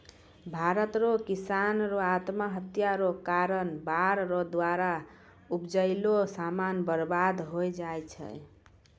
भारत रो किसानो रो आत्महत्या रो कारण बाढ़ रो द्वारा उपजैलो समान बर्बाद होय जाय छै